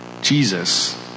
Jesus